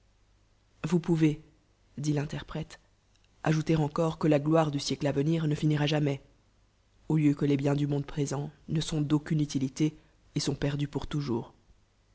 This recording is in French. vous pou vez dit l'interprèle ajouter encore que la gloire du sièc'e à venir ne finira jainais au lieu que les biens du inonde présent ne sont d'aucune utilité et sont perdus pour toujours